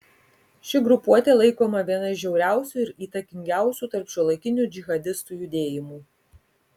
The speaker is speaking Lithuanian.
ši grupuotė laikoma viena iš žiauriausių ir įtakingiausių tarp šiuolaikinių džihadistų judėjimų